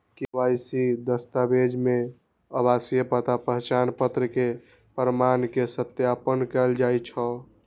KYC दस्तावेज मे आवासीय पता, पहचान पत्र के प्रमाण के सत्यापन कैल जाइ छै